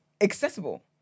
accessible